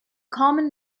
common